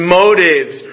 motives